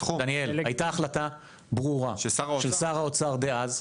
הייתה החלטה ברורה של שר האוצר דאז,